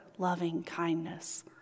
loving-kindness